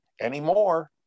anymore